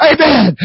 Amen